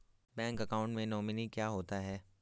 Bank account में nominee क्या होता है?